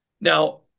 Now